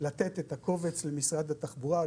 לתת את הקובץ למשרד התחבורה.